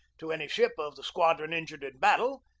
to any ship of the squadron injured in battle,